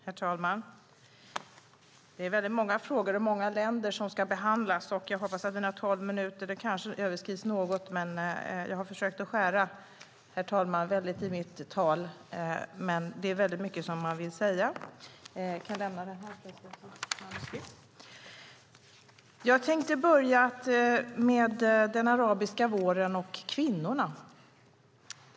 Herr talman! Det är många frågor och många länder som ska behandlas. Mina tolv minuter överskrids kanske något. Jag har försökt att skära i mitt tal, men det är väldigt mycket som man vill säga. Jag tänker börja med den arabiska våren och kvinnorna.